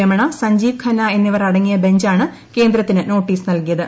രമണ സഞ്ജീവ് ഖന്ന എന്നിവർ അടങ്ങിയ ബെഞ്ചാണ് കേന്ദ്രത്തിന് നോട്ടീസ് നല്കിയത്